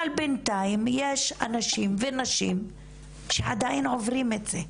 אבל בינתיים יש אנשים ונשים שעדיין עוברים את זה.